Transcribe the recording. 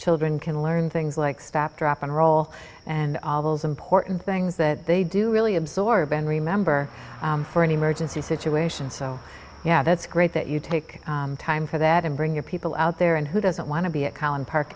children can learn things like stop drop and roll and all those important things that they do really absorb and remember for an emergency situation so yeah that's great that you take time for that and bring your people out there and who doesn't want to be a co